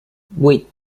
vuit